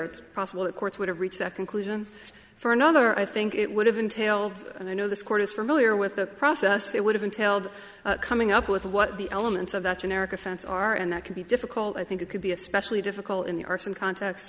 it's possible that courts would have reached that conclusion for another i think it would have entailed and i know this court is from earlier with the process it would have entailed coming up with what the elements of that generic offense are and that could be difficult i think it could be especially difficult in the arson context